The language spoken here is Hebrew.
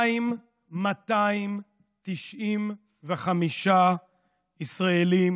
2,295 ישראלים